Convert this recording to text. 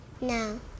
No